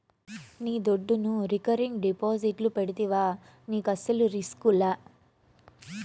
నీ దుడ్డును రికరింగ్ డిపాజిట్లు పెడితివా నీకస్సలు రిస్కులా